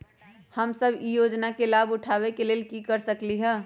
हम सब ई योजना के लाभ उठावे के लेल की कर सकलि ह?